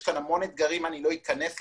יש המון אתגרים שלא אכנס לזה.